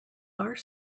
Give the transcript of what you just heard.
are